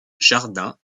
jardins